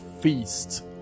feast